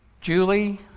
Julie